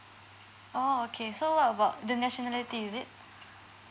oh okay so what about the nationality is it